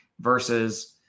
versus